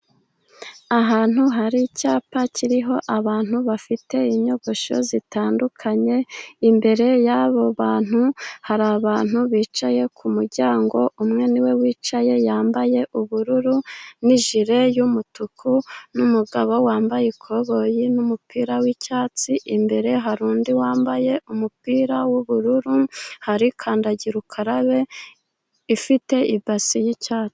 Ahantu hari icyapa kiriho abantu bafite inyogosho zitandukanye. Imbere yabo bantu, hari abantu bicaye ku muryango, umwe niwe wicaye yambaye ubururu, n'ijire y'umutuku, n'umugabo wambaye ikoboyi n'umupira, w'icyatsi. Imbere hari undi wambaye umupira w'ubururu hari kandagira ukarabe ifite ibasi y'icyatsi.